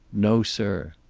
no, sir.